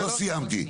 לא סיימתי.